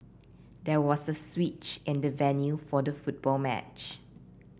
there was a switch in the venue for the football match